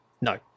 No